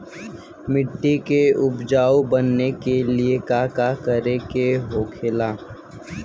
मिट्टी के उपजाऊ बनाने के लिए का करके होखेला?